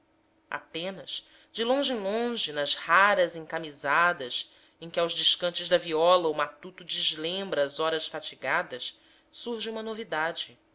apenas de longe em longe nas raras encamisadas em que aos descantes da viola o matuto deslembra as horas fatigadas surge uma novidade